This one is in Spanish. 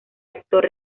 actor